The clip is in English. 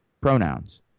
pronouns